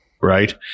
Right